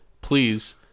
please